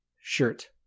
shirt